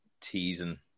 teasing